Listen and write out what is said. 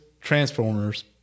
Transformers